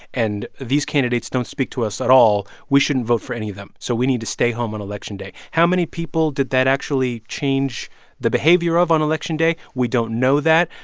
and these candidates don't speak to us at all. we shouldn't vote for any of them. so we need to stay home on election day how many people did that actually change the behavior of on election day? we don't know that.